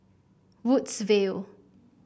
Woodsville